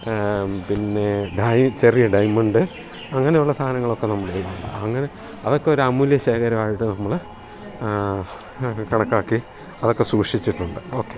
പിന്നെ ഡയ് ചെറിയ ഡയമണ്ട് അങ്ങനെയുള്ള സാധനങ്ങളൊക്കെ നമ്മുടേ അങ്ങനെ അതൊക്കെ ഒരു അമൂല്യ ശേഖരമായിട്ട് നമ്മൾ കണക്കാക്കി അതൊക്കെ സൂക്ഷിച്ചിട്ടുണ്ട് ഓക്കെ